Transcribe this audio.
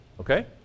Okay